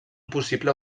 possible